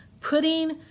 putting